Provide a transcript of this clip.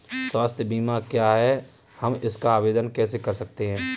स्वास्थ्य बीमा क्या है हम इसका आवेदन कैसे कर सकते हैं?